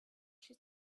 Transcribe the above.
she